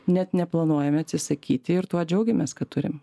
net neplanuojame atsisakyti ir tuo džiaugiamės kad turim